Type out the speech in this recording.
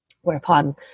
whereupon